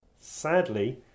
Sadly